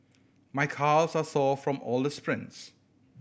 my calves are sore from all the sprints